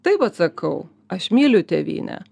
taip atsakau aš myliu tėvynę